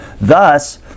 Thus